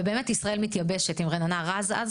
ו"ישראל מתייבשת" עם רננה רז אז,